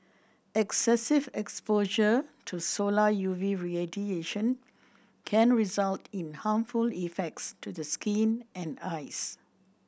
excessive exposure to solar U V radiation can result in harmful effects to the skin and eyes